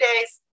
days